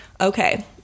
Okay